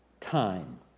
time